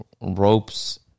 Ropes